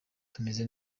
tumeze